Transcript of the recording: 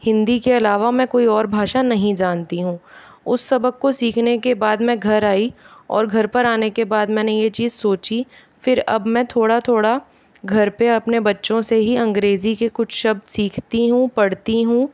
हिंदी के अलावा मैं कोई और भाषा नही जनती हूँ उस सबक को सीखने के बाद मैं घर आई और घर पर आने के बाद मैंने ये चीज सोची फिर अब मैं थोड़ा थोड़ा घर पर अपने बच्चों से ही अंग्रेजी के कुछ शब्द सीखती हूँ पढ़ती हूँ